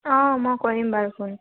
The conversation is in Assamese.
অঁ মই কৰিম বাৰু ফোন